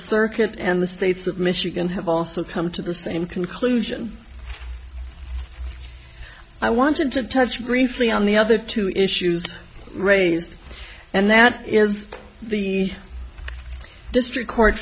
circuit and the states of michigan have also come to the same conclusion i wanted to touch briefly on the other two issues raised and that is the district court